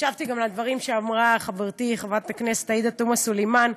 והקשבתי גם לדברים שאמרה חברתי חברת הכנסת עאידה תומא סלימאן.